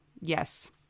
yes